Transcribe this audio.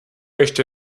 ještě